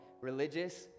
Religious